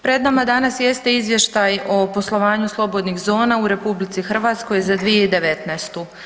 Pred nama danas jeste Izvještaj o poslovanju slobodnih zona u RH za 2019.